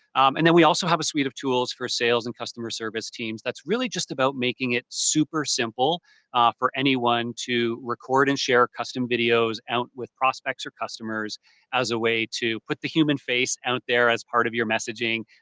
and then we also have a suite of tools for sales and customer service teams that's really just about making it super simple for anyone to record and share custom videos out with prospects or customers as a way to put the human face out there as part of your messaging,